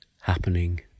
happening